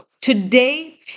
Today